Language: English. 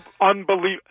unbelievable